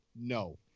No